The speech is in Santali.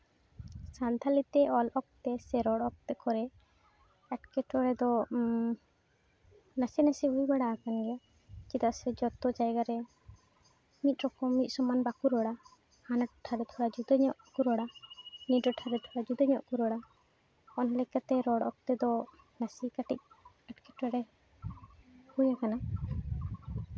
ᱥᱟᱱᱛᱷᱟᱞᱤ ᱛᱮ ᱚᱞ ᱚᱠᱛᱮ ᱥᱮ ᱨᱚᱲ ᱚᱠᱛᱮ ᱠᱚᱨᱮ ᱮᱸᱴᱠᱮᱴᱚᱬᱮ ᱫᱚ ᱱᱟᱥᱮ ᱱᱟᱥᱮ ᱦᱩᱭ ᱵᱟᱲᱟ ᱠᱟᱱ ᱜᱮᱭᱟ ᱪᱮᱫᱟᱜ ᱥᱮ ᱡᱚᱛᱚ ᱡᱟᱭᱜᱟ ᱨᱮ ᱢᱤᱫ ᱨᱚᱠᱚᱢ ᱢᱤᱫ ᱥᱚᱢᱟᱱ ᱵᱟᱠᱚ ᱨᱚᱲᱟ ᱦᱟᱱᱟ ᱴᱚᱴᱷᱟᱨᱮ ᱛᱷᱚᱲᱟ ᱡᱩᱫᱟᱹ ᱧᱚᱜ ᱠᱚ ᱨᱚᱲᱟ ᱱᱤᱭᱟᱹ ᱴᱚᱴᱷᱟ ᱨᱮ ᱛᱷᱚᱲᱟ ᱡᱩᱫᱟᱹ ᱧᱚᱜ ᱠᱚ ᱨᱚᱲᱟ ᱚᱱᱟ ᱞᱮᱠᱟᱛᱮ ᱨᱚᱲ ᱚᱠᱛᱮ ᱫᱚ ᱱᱟᱥᱮ ᱠᱟᱹᱴᱤᱡ ᱮᱸᱴᱠᱮᱴᱚᱬᱮ ᱦᱩᱭ ᱟᱠᱟᱱᱟ